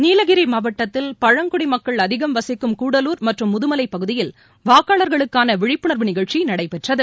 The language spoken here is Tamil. நீலகிரிமாவட்டத்தில் பழங்குடிமக்கள் அதிகம் வசிக்கும் கூடலூர் மற்றும் முதுமலைபகுதியில் வாக்காளர்களுக்கானவிழிப்புணர்வு நிகழ்ச்சிநடைபெற்றது